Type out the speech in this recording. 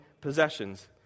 possessions